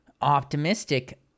optimistic